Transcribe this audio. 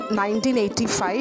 1985